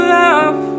love